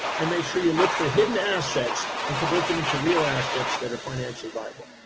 and make sure you look for hidden assets and convert them into real assets that are financially viable.